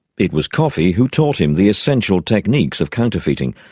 it was coffee who taught him the essential techniques of counterfeiting,